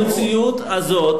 המציאות הזאת